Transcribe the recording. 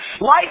Life